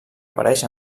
apareix